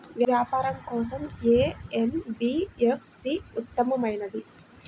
వ్యాపారం కోసం ఏ ఎన్.బీ.ఎఫ్.సి ఉత్తమమైనది?